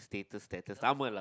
status status sama lah